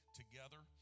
together